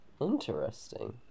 interesting